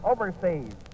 overseas